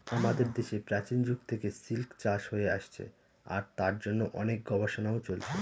আমাদের দেশে প্রাচীন যুগ থেকে সিল্ক চাষ হয়ে আসছে আর তার জন্য অনেক গবেষণাও চলছে